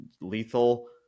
lethal